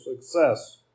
success